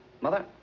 Mother